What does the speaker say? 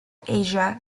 asia